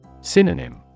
Synonym